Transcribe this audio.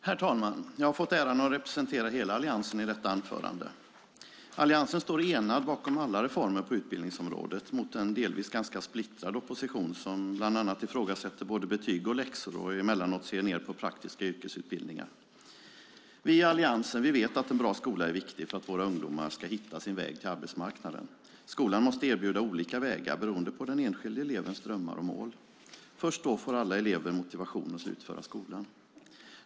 Herr talman! Jag har fått äran att med detta anförande representera hela Alliansen. Alliansen står enad bakom alla reformer på utbildningsområdet mot en delvis ganska splittrad opposition som bland annat ifrågasätter både betyg och läxor och som emellanåt ser ned på praktiska yrkesutbildningar. Vi i Alliansen vet att en bra skola är viktig för att våra ungdomar ska hitta sin väg till arbetsmarknaden. Skolan måste erbjuda olika vägar beroende på den enskilda elevens drömmar och mål. Först då får alla elever motivation att slutföra skolan.